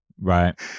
Right